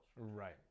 Right